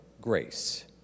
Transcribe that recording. grace